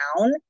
down